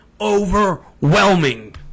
Overwhelming